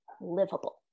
livable